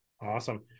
Awesome